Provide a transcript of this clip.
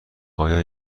آیا